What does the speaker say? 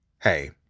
Hey